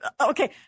okay